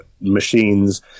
machines